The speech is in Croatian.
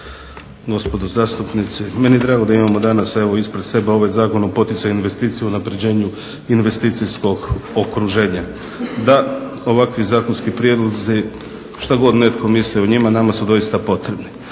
gospodo zastupnici. Meni je drago da imamo danas ispred sebe ovaj Zakon o poticanju investicija o unapređenju investicijskog okruženja. Da, ovakvi zakonski prijedlozi šta god netko mislio o njima nama su doista potrebni.